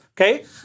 okay